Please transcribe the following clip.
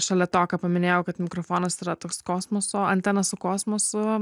šalia to ką paminėjau kad mikrofonas yra toks kosmoso antena su kosmosu